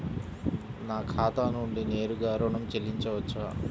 నా ఖాతా నుండి నేరుగా ఋణం చెల్లించవచ్చా?